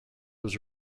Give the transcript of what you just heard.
was